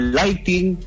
lighting